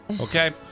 okay